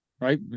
Right